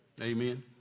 Amen